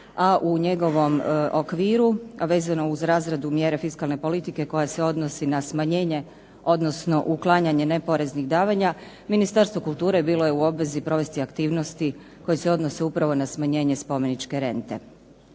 a u njegovom okviru, vezano uz razradu mjere fiskalne politike koja se odnosi na smanjenje, odnosno uklanjanje neporeznih davanja, Ministarstvo kulture bilo je u obvezi provesti aktivnosti koje se odnose upravo na smanjenje spomeničke rente.